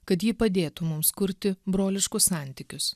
kad ji padėtų mums kurti broliškus santykius